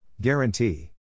Guarantee